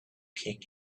king